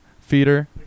feeder